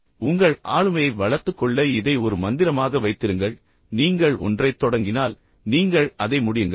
எனவே உங்கள் ஆளுமையை வளர்த்துக் கொள்ள விரும்பும் வரை இதை ஒரு மந்திரமாக வைத்திருங்கள் நீங்கள் ஒன்றை தொடங்கினால் நீங்கள் அதை முடியுங்கள்